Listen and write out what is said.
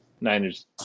Niners